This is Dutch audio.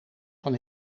van